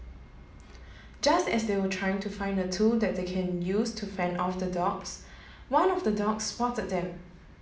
just as they were trying to find a tool that they can use to fend off the dogs one of the dogs spotted them